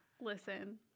Listen